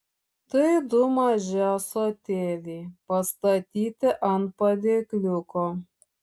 tai du maži ąsotėliai pastatyti ant padėkliuko